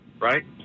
Right